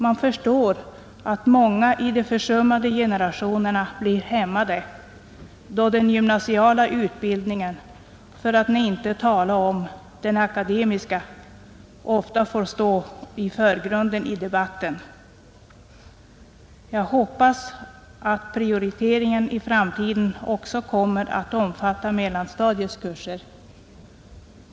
Man förstår att många i de försummade generationerna blir hämmade då den gymnasiala utbildningen — för att nu inte tala om den akademiska — ofta får stå i förgrunden i debatten, Jag hoppas att prioriteringen i framtiden kommer att omfatta också mellanstadiets kurser.